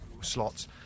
slots